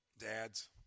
dads